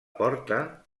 porta